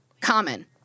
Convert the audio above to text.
common